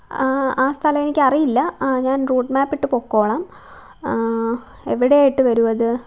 ആ സ്ഥലം എനിക്കറിയില്ല ഞാന് റൂട്ട് മാപ്പിട്ട് പൊയ്ക്കോളാം എവിടെ ആയിട്ട് വരും അത്